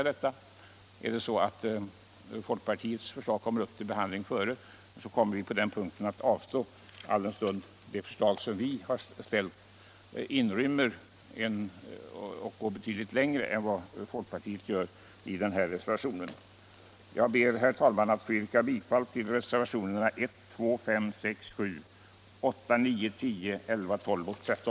Är det däremot så att folkpartiets förslag kommer upp till behandling före vårt förslag, kommer vi att avstå, alldenstund vårt förslag går betydligt längre än vad folkpartiets gör. Jag ber, herr talman, att få yrka bifall till reservationerna 1, 2, 5, 6, 1.82, 10; IKON ORK 10